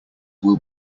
will